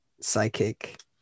psychic